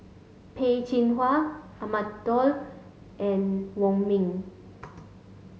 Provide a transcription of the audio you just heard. Peh Chin Hua Ahmad Daud and Wong Ming